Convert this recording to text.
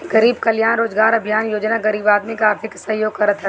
गरीब कल्याण रोजगार अभियान योजना गरीब आदमी के आर्थिक सहयोग करत हवे